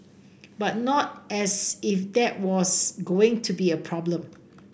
but not as if that was going to be a problem